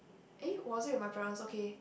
eh was it with my parents okay